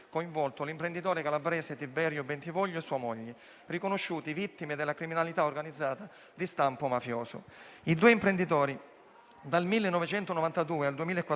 l'imprenditore calabrese Tiberio Bentivoglio e sua moglie, riconosciuti come vittime della criminalità organizzata di stampo mafioso. I due imprenditori dal 1992 al 2014